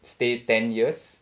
stay ten years